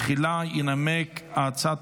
תחילה ינמק את הצעת